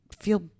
feel –